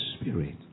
Spirit